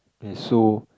and so